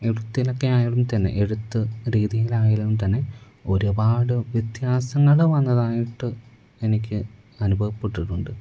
എഴുത്തിലൊക്കെ ആയാലും തന്നെ എഴുത്ത് രീതിയിലായാലും തന്നെ ഒരുപാട് വ്യത്യാസങ്ങള് വന്നതായിട്ട് എനിക്ക് അനുഭവപ്പെട്ടിട്ടുണ്ട്